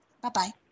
Bye-bye